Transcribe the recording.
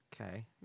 Okay